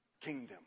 kingdom